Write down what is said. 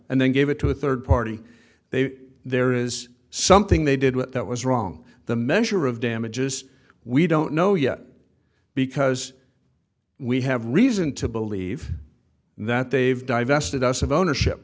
and then gave it to a third party they there is something they did with that was wrong the measure of damages we don't know yet because we have reason to believe that they've divested us of ownership